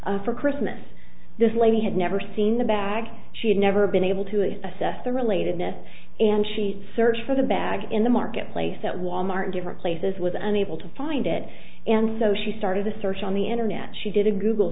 bag for christmas this lady had never seen the bag she had never been able to assess the relatedness and she searched for the bag in the marketplace at wal mart different places was unable to find it and so she started a search on the internet she did a google